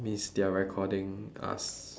means they're recording us